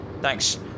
Thanks